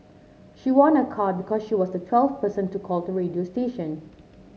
she won a car because she was the twelfth person to call the radio station